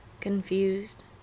confused